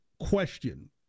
question